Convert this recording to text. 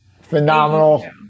Phenomenal